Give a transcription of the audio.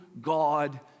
God